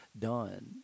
done